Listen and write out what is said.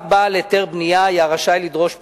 רק בעל היתר בנייה היה רשאי לדרוש פיצויים.